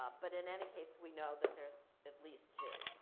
ah but, in any case, we know that there's at least two,